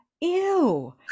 ew